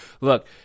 Look